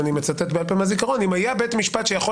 אם אני מצטט נכון מהזיכרון: אם היה בית משפט שיכול